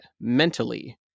mentally